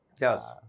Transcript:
Yes